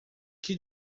que